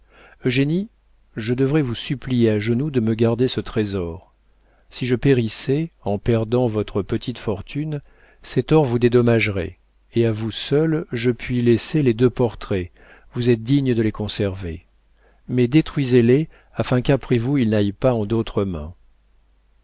eugénie je devrais vous supplier à genoux de me garder ce trésor si je périssais en perdant votre petite fortune cet or vous dédommagerait et à vous seule je puis laisser les deux portraits vous êtes digne de les conserver mais détruisez les afin qu'après vous ils n'aillent pas en d'autres mains